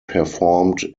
performed